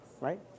right